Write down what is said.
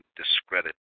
discredit